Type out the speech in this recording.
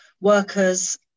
workers